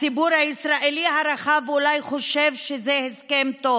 הציבור הישראלי הרחב אולי חושב שזה הסכם טוב